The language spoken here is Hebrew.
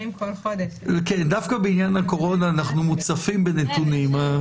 דווקא בעניין הקורונה אנו מוצפים בנתונים.